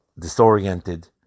disoriented